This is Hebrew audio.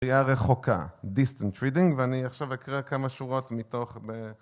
ראייה רחוקה distant reading ואני עכשיו אקרא כמה שורות מתוך